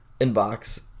inbox